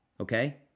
okay